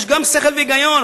יש גם שכל והיגיון,